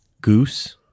goose